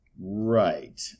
Right